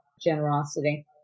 generosity